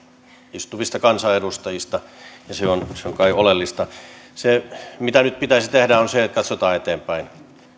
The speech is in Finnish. istuvista kansanedustajista ja se on se on kai oleellista se mitä nyt pitäisi tehdä on se että katsotaan eteenpäin